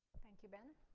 thank you, ben.